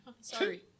Sorry